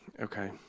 Okay